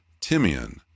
Timian